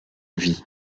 vie